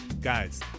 Guys